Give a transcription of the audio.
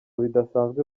bidasanzwe